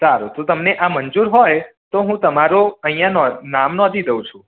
સારું તો તમને આ મંજૂર હોય તો હું તમારું અહીંયા નોં નામ નોંધી દઉં છું